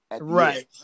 Right